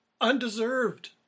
undeserved